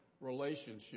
relationship